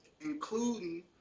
including